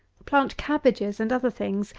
plant cabbages and other things,